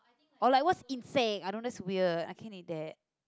or like what's insects I don't that's weird I can't eat that